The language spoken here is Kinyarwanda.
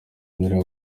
gitaramo